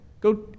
Go